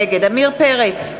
נגד עמיר פרץ,